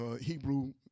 Hebrew